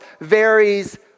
varies